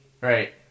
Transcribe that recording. Right